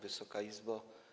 Wysoka Izbo!